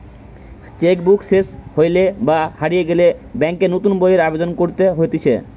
check book সেস হইলে বা হারিয়ে গেলে ব্যাংকে নতুন বইয়ের আবেদন করতে হতিছে